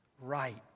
right